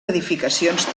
edificacions